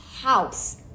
house